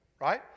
Right